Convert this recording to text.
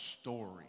story